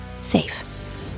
safe